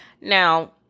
Now